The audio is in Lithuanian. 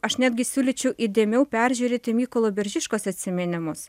aš netgi siūlyčiau įdėmiau peržiūrėti mykolo biržiškos atsiminimus